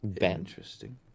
Interesting